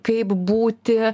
kaip būti